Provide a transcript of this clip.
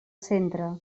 centre